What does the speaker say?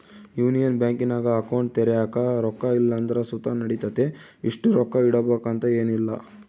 union ಬ್ಯಾಂಕಿನಾಗ account ತೆರ್ಯಾಕ ರೊಕ್ಕ ಇಲ್ಲಂದ್ರ ಸುತ ನಡಿತತೆ, ಇಷ್ಟು ರೊಕ್ಕ ಇಡುಬಕಂತ ಏನಿಲ್ಲ